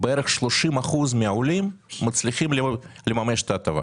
בערך 30 אחוזים מהעולים מצליחים לממש את ההטבה.